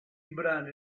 brani